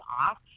off